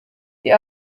die